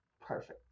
perfect